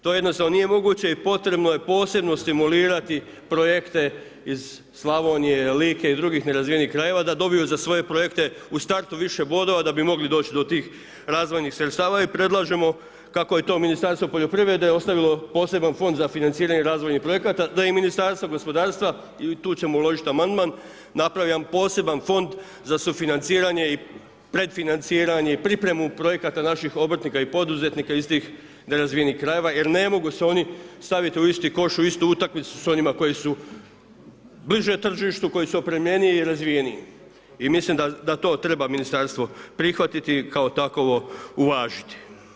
To jednostavno nije moguće i potrebno je posebno stimulirati projekte iz Slavonije, Like i drugih nerazvijenih krajeva da dobiju za svoje projekte u startu više bodova da bi mogli doć do tih razvojnih sredstava predlažemo kako je to Ministarstvo poljoprivrede ostavilo poseban fond za financiranje razvojnih projekata, da i Ministarstvo gospodarstva, i tu ćemo uložiti amandman, napravi jedan poseban fond za sufinanciranje i pred financiranje i pripremu projekata našim obrtnika i poduzetnika iz tih nerazvijenih krajeva, jer ne mogu se oni staviti u isti koš, u istu utakmicu s onima koji su bliže tržištu, koji su opremljeniji i razvijeniji, i mislim da to treba Ministarstvo prihvatiti i kao takovo uvažiti.